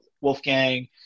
Wolfgang